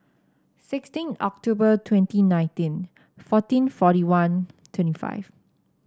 sixteen October twenty nineteen fourteen forty one twenty five